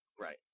Right